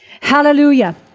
Hallelujah